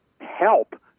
help